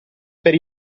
per